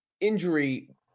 injury